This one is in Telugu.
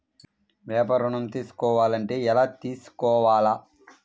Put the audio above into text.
వ్యాపార ఋణం తీసుకోవాలంటే ఎలా తీసుకోవాలా?